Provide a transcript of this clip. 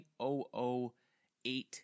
0.008